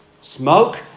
smoke